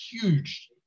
huge